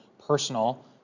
personal